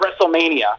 WrestleMania